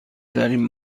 ترین